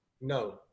No